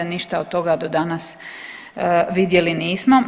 Ništa od toga do danas vidjeli nismo.